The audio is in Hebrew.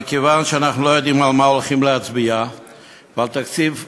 מכיוון שאנחנו לא יודעים על מה הולכים להצביע בתקציב 2015,